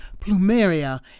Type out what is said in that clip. Plumeria